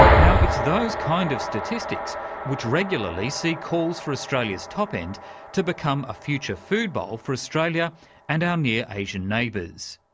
now, it's those kind of statistics which regularly see calls for australia's top end to become a future food bowl for australia and our near-asian neighbours.